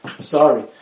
sorry